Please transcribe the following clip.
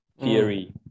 theory